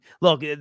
look